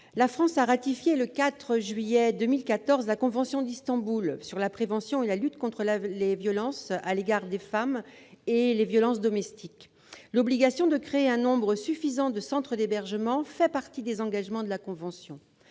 La France a ratifié le 4 juillet 2014 la convention d'Istanbul sur la prévention et la lutte contre les violences à l'égard des femmes et les violences domestiques. L'obligation de créer un nombre suffisant de centres d'hébergement fait partie des engagements de la convention.